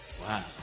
Wow